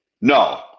No